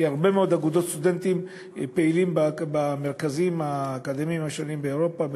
כי הרבה מאוד אגודות סטודנטים פעילות במרכזים האקדמיים השונים באירופה,